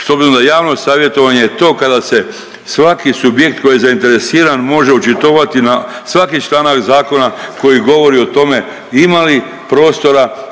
obzirom na javno savjetovanje je to kada se svaki subjekt koji je zainteresiran može očitovati na svaki članak zakona koji govori o tome ima li prostora